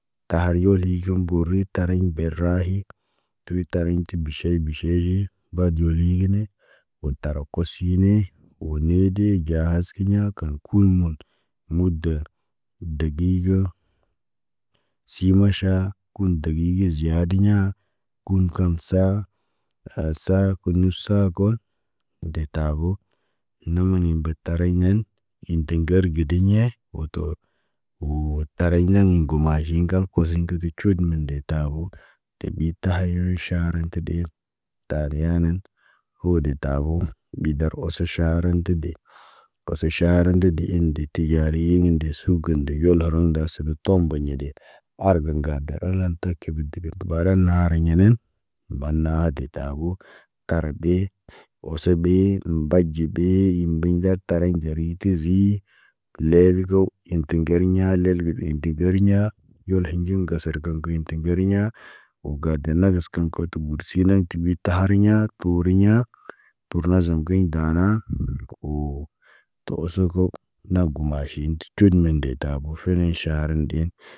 Tahar yoli gəm bori tariɲ be rahi. Puwir tariɲ ki biʃeʃ biʃeʃ yi, baɟoli ge ne. Wo tar kosoyine, wo nedee ɟa haskiɲa kan kunun, mudə degigə. Simaʃa, kun degigə ziyadiɲa, kun kamsa, asaaku nusaaku detabo. Nomoni bat tarinen, im te ŋgargediɲe, oto, woo tari naŋg mugo maji ŋgam wosiɲ kə cuut nən de taabu. De ɓi tahirir ʃaharan ti be, tani yaanan, ho de tabo, ɓidar oso ʃarən tə de. Oso ʃaharən də de in diti tiɟali yim min de sugə kəndə yol harun nda sə bə tɔk toombə ɲede. Argə gadə ərən taki kibidagardi ɓaran naara ɲenen. Ban na ha detabo, tarat ɗe, oso ɓee, mbaɟi ɓe bee in mbiɲ dark tariɲ gari tizii. Kəlevi ko, in tiŋgeriɲa, lel gədə iɲtegeriɲa. Yol he nɟiŋg, gasər gaŋg yen tə ŋgeriɲa. Wo gadən nagas kaŋg kod tu gurusi, tinaŋg ti ɓi tahariɲa toriɲa Pur nazam kiɲ danaa, woo tu osə kaw. Nab gu maʃin tə cut mende tabo fenẽ ʃaren ndeen.